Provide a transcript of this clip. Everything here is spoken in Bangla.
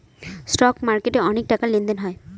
স্টক মার্কেটে অনেক টাকার লেনদেন হয়